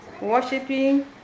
worshipping